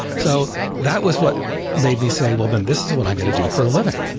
so that was what made me say, well, then this is what i'm going to do for a living.